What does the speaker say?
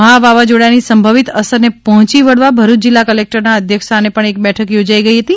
મહા વાવાઝોડાની સંભવિત અસરને પર્હોંચી વળવા ભરૂચ જિલ્લા કલેક્ટરના અધ્યક્ષસ્થાને એક બેઠક યોજાઈ હતી